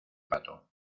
pato